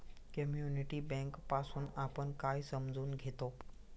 Community bank पासुन आपण काय समजून घेतो?